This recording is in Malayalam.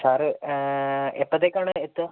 സാറ് എപ്പോഴത്തേക്കാണ് എത്തുക